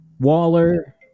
Waller